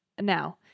Now